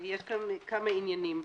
יש פה כמה עניינים.